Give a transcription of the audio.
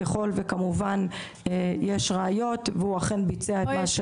ככל וכמובן יש ראיות והוא אכן ביצע את מה שהוא